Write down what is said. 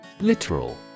Literal